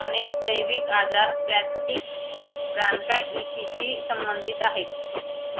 अनेक दैविक आजार प्लॅस्टिक ब्रँडका इतीशी संबंधित आहेत